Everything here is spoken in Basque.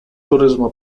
turismo